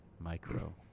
Micro